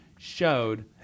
showed